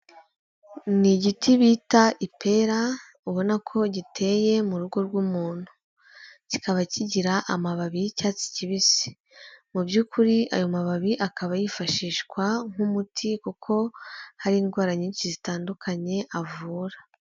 Ni igiti bita ipera ubona ko giteye mu rugo rw'umuntu kikaba kigira amababi y'icyatsi kibisi, mu by'ukuri ayo mababi akaba yifashishwa nk'umuti kuko hari indwara nyinshi zitandukanye avura.